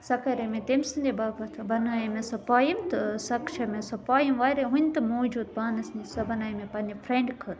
سۄ کَرے مےٚ تٔمۍ سٕنٛدے باپَتھ بَنایے مےٚ سۄ پویم تہٕ سۄ چھِ مےٚ سۄ پویم واریاہ ونہِ تہِ موٗجوٗ پانَسِ نِش سۄ بَنے مےٚ پنٕٛنہِ فرینٛڈ خٲطرٕ